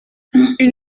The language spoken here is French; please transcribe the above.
une